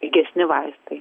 pigesni vaistai